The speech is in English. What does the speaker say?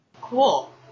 Cool